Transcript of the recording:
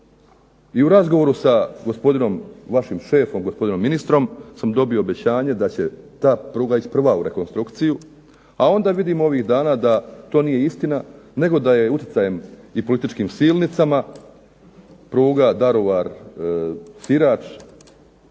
i u razgovoru sa gospodinom, vašim šefom, gospodinom ministrom sam dobio obećanje da će ta pruga ići prva u rekonstrukciju, a onda vidim ovih dana da to nije istina nego da je uticajem i političkim silnicama pruga Daruvar – Sirač